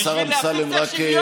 בשביל להפסיק צריך שוויון.